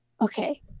Okay